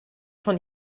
von